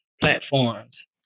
platforms